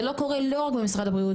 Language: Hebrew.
זה לא קורה לא רק במשרד הבריאות,